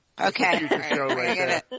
Okay